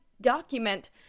document